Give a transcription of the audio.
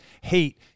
hate